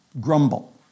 grumble